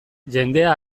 jendea